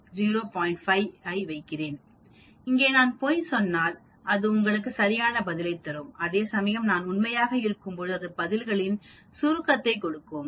5 ஐ வைக்கிறேன் இங்கே நான் பொய் சொன்னால் அது உங்களுக்கு சரியான பதிலைத் தரும் அதேசமயம் நான் உண்மையாக இருக்கும்போது அது பதில்களின் சுருக்கத்தை கொடுக்கும்